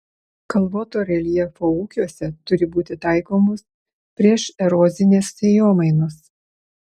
kalvoto reljefo ūkiuose turi būti taikomos priešerozinės sėjomainos